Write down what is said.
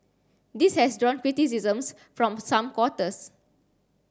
this has drawn criticisms from some quarters